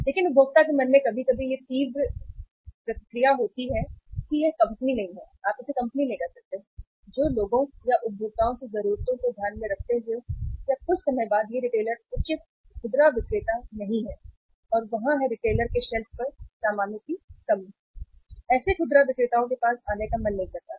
लेकिन उपभोक्ता के मन में कभी कभी यह तीव्र प्रतिक्रिया होती है कि यह कंपनी नहीं है आप इसे कंपनी कह सकते हैं जो लोगों या उपभोक्ताओं की जरूरतों को ध्यान में रखता है या कुछ समय बाद यह रिटेलर उचित खुदरा विक्रेता नहीं है और वहाँ है रिटेलर के शेल्फ पर सामानों की कमी है और ऐसे खुदरा विक्रेताओं के पास वापस आने का मन नहीं करता है